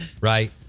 right